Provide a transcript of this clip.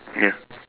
ya